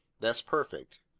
that's perfect.